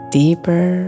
deeper